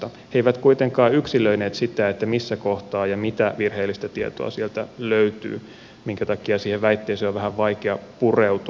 he eivät kuitenkaan yksilöineet sitä missä kohtaa ja mitä virheellistä tietoa sieltä löytyy minkä takia siihen väitteeseen on vähän vaikea pureutua